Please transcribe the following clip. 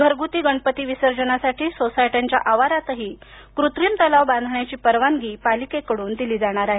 घरगुती गणपती विसर्जनासाठी सोसायट्यांच्या आवारातही कृत्रिम तलाव बांधण्याची परवानगी पालिकेकडून दिली जाणार आहे